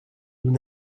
nous